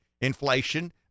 inflation